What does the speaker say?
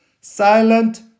silent